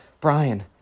Brian